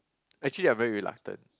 actually I very reluctant